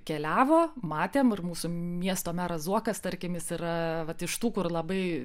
keliavo matėm ir mūsų miesto meras zuokas tarkim jis yra vat iš tų kur labai